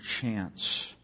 chance